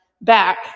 back